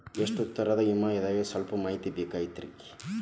ಎಷ್ಟ ತರಹದ ವಿಮಾ ಇರ್ತಾವ ಸಲ್ಪ ಮಾಹಿತಿ ಬೇಕಾಗಿತ್ರಿ